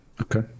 okay